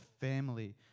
family